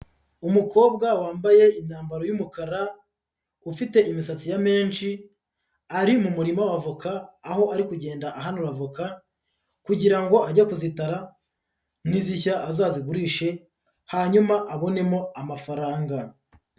Umukobwa wambaye imyambaro y'umukara, ufite imisatsi ya menshi ari mu murima w'avoka aho ari kugenda ahanura avoka kugira ngo ajye kuzitara nizishya azazigurishe hanyuma abonemo amafaranga.